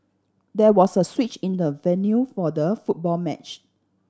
there was a switch in the venue for the football match